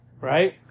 Right